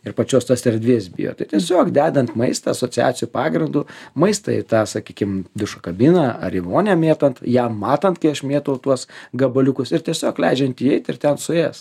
ir pačios tos erdvės bijo tai tiesiog dedant maistą asociacijų pagrindu maistą į tą sakykim dušo kabiną ar į vonią mėtant jam matant kai aš mėtau tuos gabaliukus ir tiesiog leidžiant įeit ir ten suėst